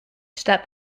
step